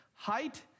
Height